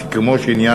בסיכומו של עניין,